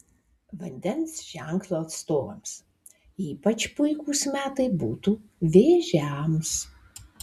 vandens ženklo atstovams ypač puikūs metai būtų vėžiams